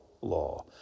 law